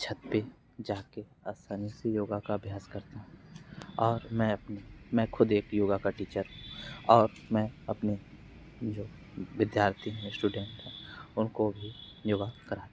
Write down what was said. छत पर जाकर आसानी से योगा का अभ्यास करता हूँ और मैं ख़ुद एक योगा का टीचर हूँ और मैं अपने जो विद्यार्थी है स्टूडेंट है उनको भी योगा करता हूँ